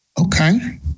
Okay